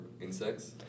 insects